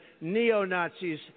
neo-Nazis